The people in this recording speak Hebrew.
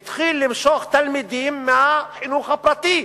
התחיל למשוך תלמידים מהחינוך הפרטי,